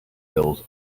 those